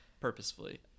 Purposefully